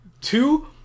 Two